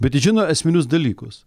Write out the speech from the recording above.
bet žino esminius dalykus